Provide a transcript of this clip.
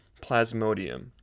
Plasmodium